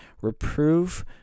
Reprove